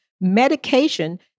medication